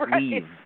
leave